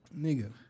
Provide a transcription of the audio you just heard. Nigga